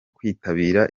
kwitabira